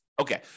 Okay